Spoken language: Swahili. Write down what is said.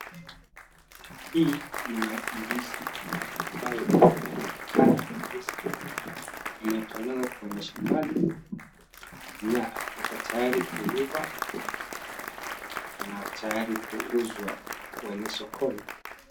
Hii ni ndizi ambayo inaonekana ndizi hii imetolewa kwenye shambani na iko tayari kuiva na tayari kuuzwa kwenye sokoni.